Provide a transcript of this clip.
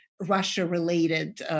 Russia-related